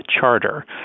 Charter